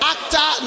Actor